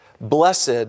Blessed